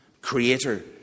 Creator